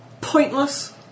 pointless